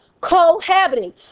Cohabiting